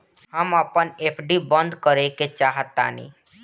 हम अपन एफ.डी बंद करेके चाहातानी